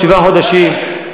שבעה חודשים,